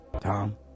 Tom